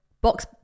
Box